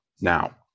Now